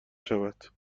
شود